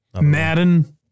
Madden